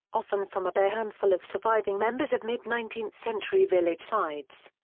often from a bare handful of surviving members of mid nineteenth century village sides.